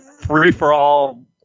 free-for-all